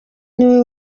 niwe